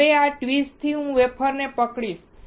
હવે આ ટ્વીઝરથી હું વેફર પકડીશ